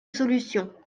solution